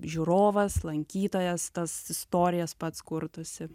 žiūrovas lankytojas tas istorijas pats kurtųsi